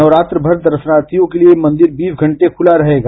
नवरात्र भर दर्शनार्थियों के लिये मंदिर बीस घंटे खुला रहेगा